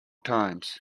times